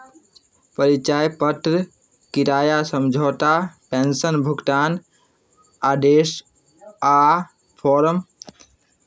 परिचय पत्र किराया समझौता पेंशन भुगतान आदेश आ फॉर्म